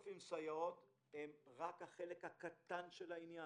3,000 סייעות הן רק החלק הקטן של העניין.